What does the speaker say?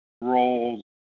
roles